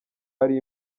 ari